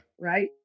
right